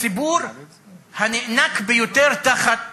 הציבור הנאנק ביותר תחת